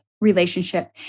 relationship